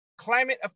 climate